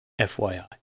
FYI